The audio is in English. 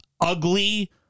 ugly